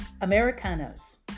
Americanos